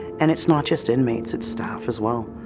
and it's not just inmates it's staff as well.